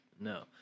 no